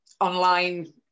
online